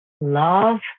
love